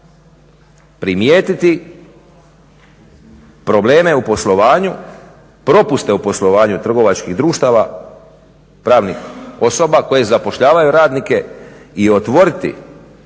primijetiti probleme u poslovanju, propuste u poslovanju trgovačkih društava, pravnih osoba koje zapošljavaju radnike i otvoriti